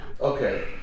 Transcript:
Okay